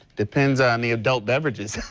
depend on the adult beverages